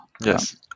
Yes